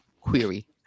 query